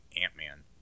Ant-Man